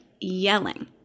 yelling